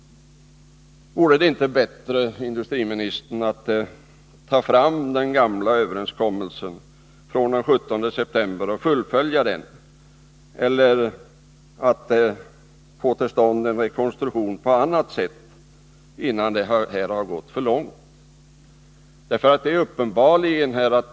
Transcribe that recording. Vore det inte bättre, herr industriminister, att fullfölja den gamla överenskommelsen från den 17 september eller att få till stånd en rekonstruktion på annat sätt, innan utvecklingen har gått alltför långt?